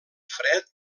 fred